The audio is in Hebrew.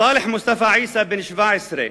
צאלח מוסטפא עיסא, בן 17,